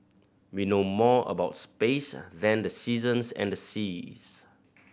we know more about space than the seasons and the seas